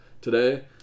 today